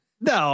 No